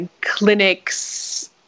clinics